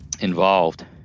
Involved